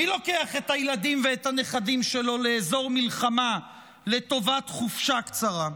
מי לוקח את הילדים ואת הנכדים שלו לאזור מלחמה לטובת חופשה קצרה?